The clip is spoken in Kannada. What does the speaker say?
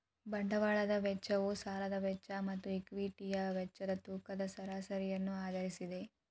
ಬಂಡವಾಳದ ವೆಚ್ಚವು ಸಾಲದ ವೆಚ್ಚ ಮತ್ತು ಈಕ್ವಿಟಿಯ ವೆಚ್ಚದ ತೂಕದ ಸರಾಸರಿಯನ್ನು ಆಧರಿಸಿದೆ